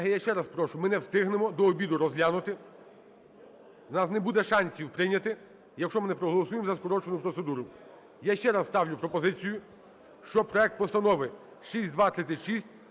Колеги, я ще раз прошу. Ми не встигнемо до обіду розглянути. У нас не буде шансів прийняти, якщо ми не проголосуємо за скорочену процедуру. Я ще раз ставлю пропозицію, щоб проект постанови 6236